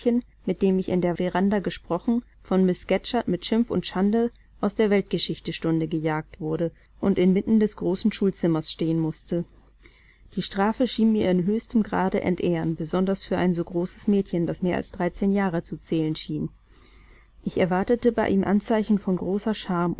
mit dem ich in der veranda gesprochen von miß scatcherd mit schimpf und schande aus der weltgeschichtsstunde gejagt wurde und inmitten des großen schulzimmers stehen mußte die strafe schien mir im höchsten grade entehrend besonders für ein so großes mädchen das mehr als dreizehn jahre zu zählen schien ich erwartete bei ihm anzeichen von großer scham